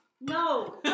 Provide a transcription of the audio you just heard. No